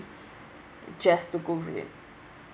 just to go green